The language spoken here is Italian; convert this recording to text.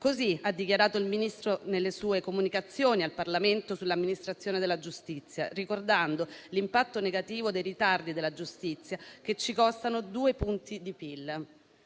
Così ha dichiarato il Ministro nelle sue comunicazioni al Parlamento sull'amministrazione della giustizia, ricordando l'impatto negativo dei ritardi della giustizia che ci costano due punti di PIL.